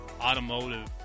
automotive